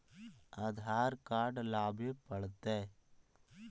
आधार card लाबे पड़तै?